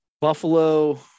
Buffalo